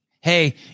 Hey